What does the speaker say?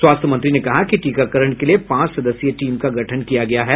स्वास्थ्य मंत्री ने कहा कि टीकाकरण के लिए पांच सदस्यीय टीम का गठन किया गया है